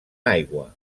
aigua